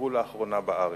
שביקרו לאחרונה בארץ.